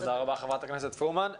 תודה רבה, חברת הכנסת פרומן.